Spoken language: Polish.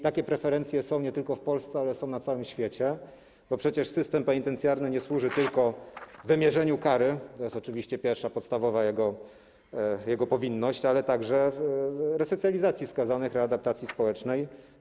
Takie preferencje są nie tylko w Polsce, ale są także na całym świecie, bo przecież system penitencjarny nie służy tylko wymierzeniu kary - to jest oczywiście pierwsza, podstawowa jego powinność - ale także resocjalizacji skazanych, readaptacji społecznej.